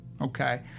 Okay